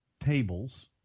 tables